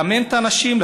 לאמן את האנשים,